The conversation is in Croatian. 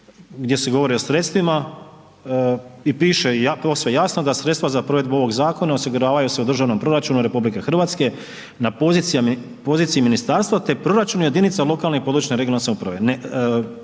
gdje se govori o sredstvima i piše posve jasno da sredstva za provedbu ovog zakona osiguravaju se u državnom proračunu RH na poziciji ministarstva, te proračunu jedinica lokalne i područne regionalne samouprave